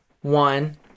one